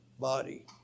body